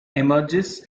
emerges